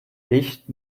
licht